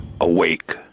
awake